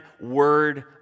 word